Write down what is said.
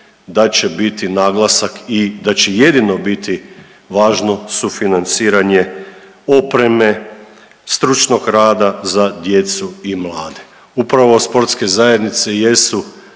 da će biti naglasak i da će jedino biti važno sufinanciranje opreme, stručnog rada za djecu i mlade. Upravo sportske zajednice jesu